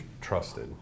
trusted